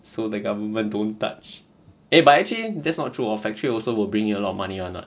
so the government don't touch eh but actually that's not true orh factory also will bring in a lot of money [one] [what]